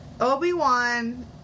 Obi-Wan